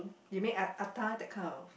you mean that kind of